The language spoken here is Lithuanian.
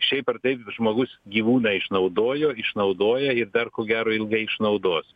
šiaip ar taip žmogus gyvūną išnaudojo išnaudoja ir dar ko gero ilgai išnaudos